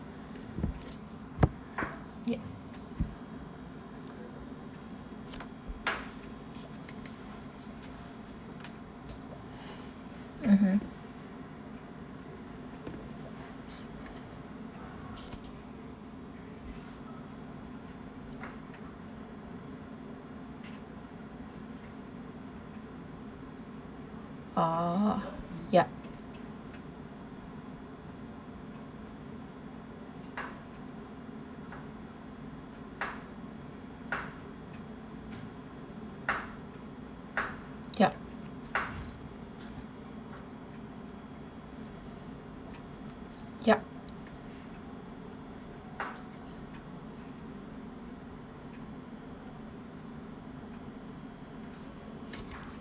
ye~ mmhmm ah yup yup yup